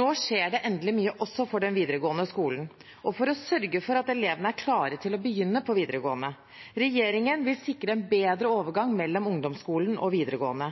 Nå skjer det endelig mye også for den videregående skolen og for å sørge for at elevene er klare til å begynne på videregående. Regjeringen vil sikre en bedre overgang mellom ungdomsskolen og videregående.